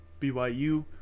BYU